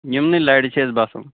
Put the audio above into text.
یِمنٕے لَرِ چھِ أسۍ بسان